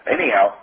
Anyhow